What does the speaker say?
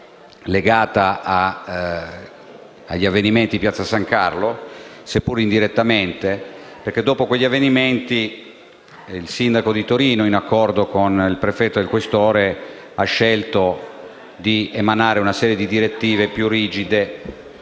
legata agli avvenimenti di piazza San Carlo, seppur indirettamente. Dopo quegli avvenimenti il sindaco di Torino, in accordo con il prefetto e il questore, ha scelto di emanare una serie di direttive più rigide